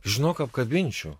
žinok apkabinčiau